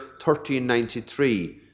1393